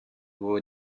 war